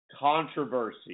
controversy